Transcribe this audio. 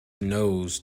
nose